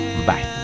bye